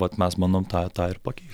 vat mes vat bandom tą tą ir pakeist